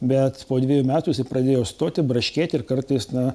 bet po dvejų metų jisai pradėjo stoti braškėti ir kartais na